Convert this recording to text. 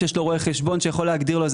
שיש לו רואה חשבון שיכול להגדיר לו,